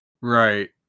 Right